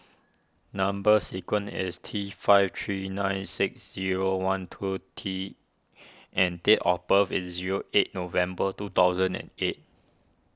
Number Sequence is T five three nine six zero one two T and date of birth is zero eight November two thousand and eight